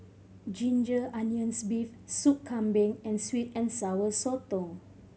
ginger onions beef Sup Kambing and sweet and Sour Sotong